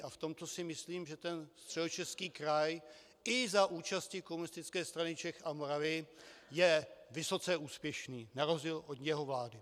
A v tomto si myslím, že Středočeský kraj i za účasti Komunistické strany Čech a Moravy je vysoce úspěšný, na rozdíl od jeho vlády.